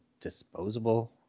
disposable